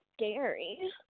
scary